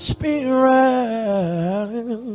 Spirit